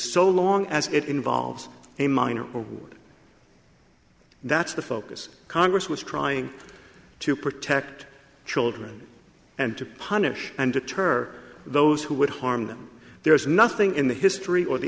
so long as it involves a minor that's the focus congress was trying to protect children and to punish and deter those who would harm them there is nothing in the history or the